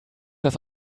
das